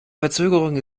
verzögerung